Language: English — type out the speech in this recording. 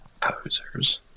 posers